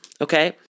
okay